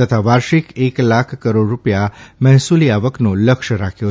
તથા વાર્ષિક એક લાખ કરોડ રૂપિયા મહેસુલી આવકનો લક્ષ્ય રાખ્યો છે